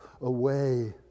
away